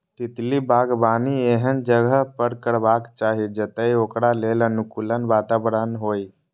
तितली बागबानी एहन जगह पर करबाक चाही, जतय ओकरा लेल अनुकूल वातावरण होइ